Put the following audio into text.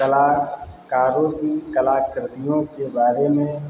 कलाकारों की कलाकृतियों के बारे में